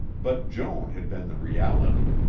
but joan had been the reality,